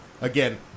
again